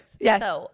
Yes